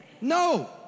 No